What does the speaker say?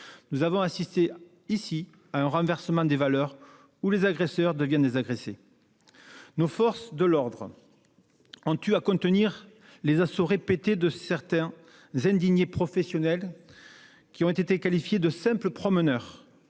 Nous avons assisté ici même à un renversement des valeurs, les agresseurs devenant les agressés. Nos forces de l'ordre ont dû contenir les assauts répétés de certains indignés professionnels, qui ont été qualifiés de « simples promeneurs